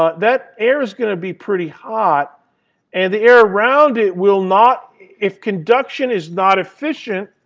ah that air is going to be pretty hot and the air around it will not if conduction is not efficient,